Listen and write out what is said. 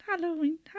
halloween